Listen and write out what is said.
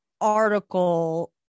article